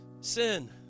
sin